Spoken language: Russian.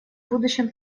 будущем